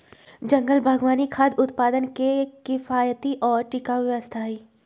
जंगल बागवानी खाद्य उत्पादन के किफायती और टिकाऊ व्यवस्था हई